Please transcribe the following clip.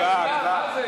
הצבעה.